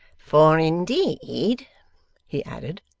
for indeed he added,